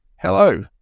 Hello